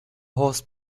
horse